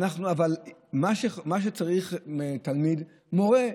מה שצריך תלמיד זה מורה,